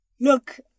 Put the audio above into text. Look